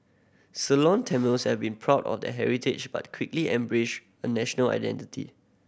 Ceylon Tamils have been proud of their heritage but quickly embraced a national identity